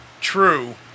true